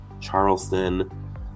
Charleston